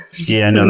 yeah, and and